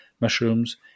Mushrooms